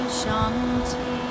Shanti